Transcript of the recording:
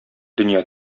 дөнья